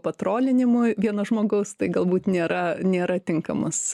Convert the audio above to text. patrolinimui vieno žmogaus tai galbūt nėra nėra tinkamas